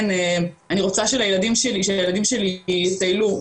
אני רוצה שהילדים שלי יטיילו.